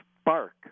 spark